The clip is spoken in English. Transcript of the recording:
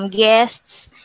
guests